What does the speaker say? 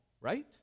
right